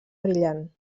brillant